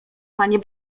panie